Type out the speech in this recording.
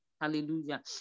Hallelujah